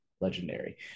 Legendary